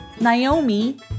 Naomi